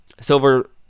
Silver